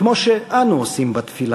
כמו שאנו / עושים בתפילה.